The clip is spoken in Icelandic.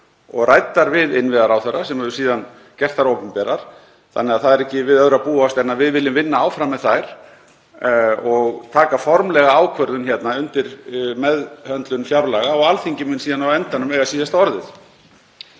og ræddar við innviðaráðherra sem hefur síðan gert þær opinberar þannig að það er ekki við öðru að búast en að við viljum vinna áfram með þær og taka formlega ákvörðun hérna við meðhöndlun fjárlaga og Alþingi mun síðan á endanum eiga síðasta orðið.